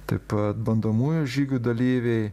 taip pat bandomųjų žygių dalyviai